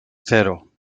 cero